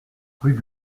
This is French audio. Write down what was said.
rue